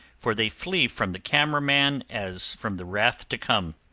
for they flee from the camera man as from the wrath to come.